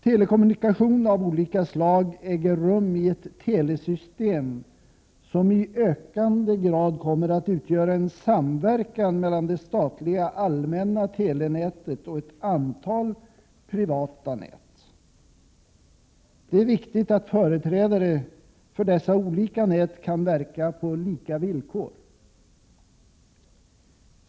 Telekommunikation av olika slag äger rum i ett telesystem som i ökande grad kommer att utgöra en samverkan mellan det statliga allmänna telenätet och ett antal privata nät. Det är viktigt att företrädare för dessa olika nät kan verka på lika villkor.